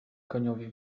koniowi